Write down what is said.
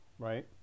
Right